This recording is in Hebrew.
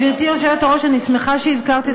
ואם אתה תלך הביתה זה יעזור למאמץ המלחמתי?